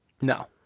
No